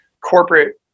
corporate